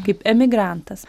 kaip emigrantas